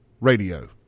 radio